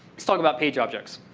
let's talk about page objects,